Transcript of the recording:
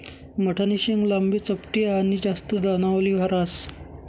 मठनी शेंग लांबी, चपटी आनी जास्त दानावाली ह्रास